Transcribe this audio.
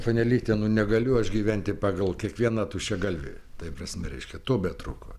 panelyte nu negaliu aš gyventi pagal kiekvieną tuščiagalvį tai prasme reiškia to betrūko